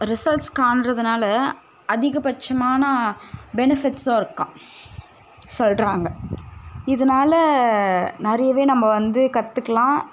results காண்கிறதுனால அதிகபட்சமான பெனிஃபிட்ஸும் இருக்காம் சொல்கிறாங்க இதனால நிறையவே நம்ம வந்து கத்துக்கலாம்